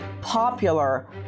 popular